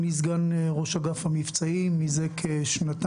אני סגן ראש אגף המבצעים זה כשנתיים.